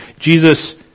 Jesus